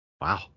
Wow